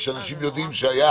כשאנשים יודעים שהיה